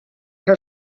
her